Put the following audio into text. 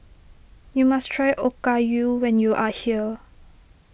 you must try Okayu when you are here